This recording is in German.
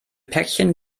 päckchen